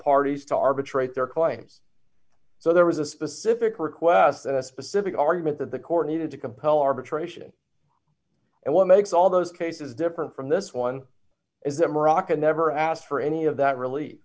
parties to arbitrate their claims so there was a specific request and a specific argument that the court needed to compel arbitration and what makes all those cases different from this one is that morocco never asked for any of that relief